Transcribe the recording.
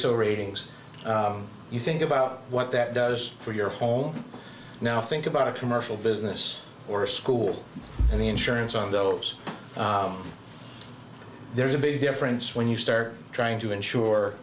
so ratings you think about what that does for your home now think about a commercial business or a school and the insurance on those there's a big difference when you start trying to ensure